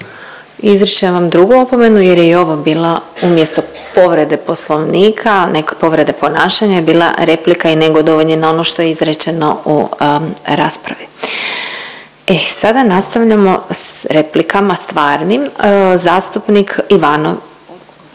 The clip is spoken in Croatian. Izričem vam drugu opomenu jer je i ovo bila umjesto povrede Poslovnika, neke povrede ponašanja je bila replika i negodovanje na ono što je izrečeno u raspravi. I sada nastavljamo s replikama stvarnim, zastupnik Ivano…